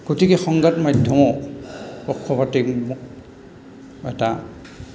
গতিকে সংবাদ মাধ্যমে পক্ষপাতি মোক এটা